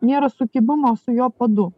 nėra sukibimo su jo padu